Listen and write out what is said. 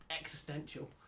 existential